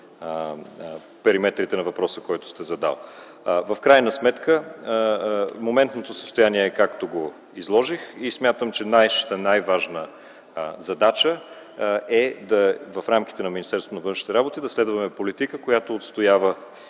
периметрите на въпроса, който сте задал. В крайна сметка моментното състояние е, както го изложих. Смятам, че наша най-важна задача е в рамките на Министерството на външните работи да следваме политиката, която отстоява